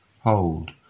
Hold